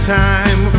time